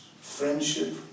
Friendship